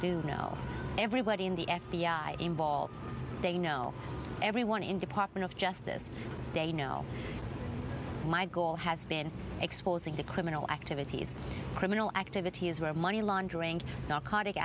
do know everybody in the f b i they know everyone in department of justice they know my goal has been exposing the criminal activities criminal activities where money laundering narcotic